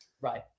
Right